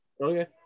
Okay